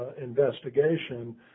investigation